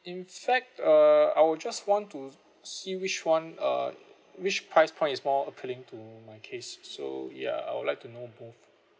in fact uh I was just want to see which [one] uh which price point is more appealing to my case so ya I'd like to know both